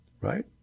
Right